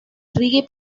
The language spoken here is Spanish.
reggae